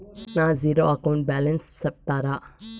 నా zero account balance సెప్తారా?